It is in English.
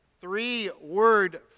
three-word